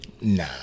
Nah